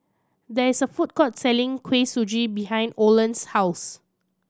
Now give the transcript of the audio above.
there is a food court selling Kuih Suji behind Olen's house